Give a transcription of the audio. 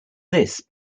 this